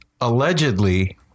Allegedly